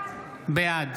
בעד